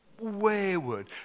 wayward